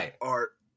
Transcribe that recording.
art